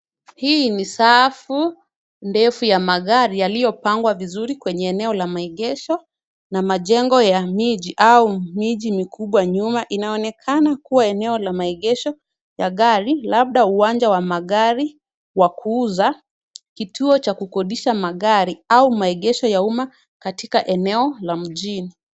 Hii ni safu ndefu ya magari yaliyopangwa vizuri kwenye eneo la maegesho na majengo ya miji au miji mikubwa nyuma, inaonekana kuwa eneo la maegesho ya gari, labda uwanja wa magari ya kuuza, kituo cha kukodisha magari au maegesho ya umma katika eneo la mjini.